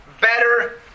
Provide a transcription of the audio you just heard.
better